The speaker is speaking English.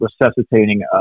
resuscitating